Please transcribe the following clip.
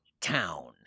town